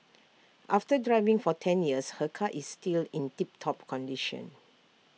after driving for ten years her car is still in tip top condition